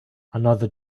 another